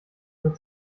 nur